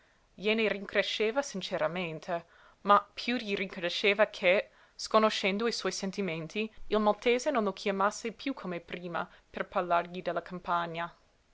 gliene rincresceva sinceramente ma piú gli rincresceva che sconoscendo i suoi sentimenti il maltese non lo chiamasse piú come prima per parlargli della campagna